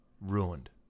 ruined